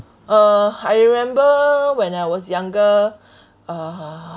uh I remember when I was younger uh